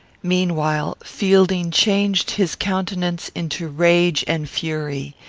meanwhile, fielding changed his countenance into rage and fury.